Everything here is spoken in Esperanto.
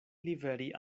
liveri